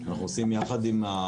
היא אולי תציג את הצד